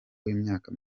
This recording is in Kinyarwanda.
w’imyaka